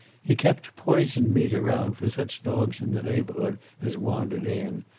he kept poisoned meat around for such dogs in the neighborhood as wandered in,